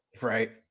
Right